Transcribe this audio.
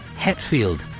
Hetfield